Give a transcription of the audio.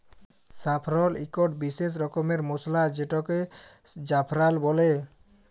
saffron ইকট বিসেস রকমের মসলা যেটাকে জাফরাল বল্যে